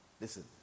listen